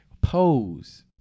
Pose